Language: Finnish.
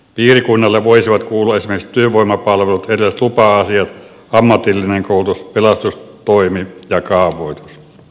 piirikunnalle voisivat kuulua esimerkiksi työvoimapalvelut erilaiset lupa asiat ammatillinen koulutus pelastustoimi ja kaavoitus